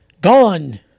gone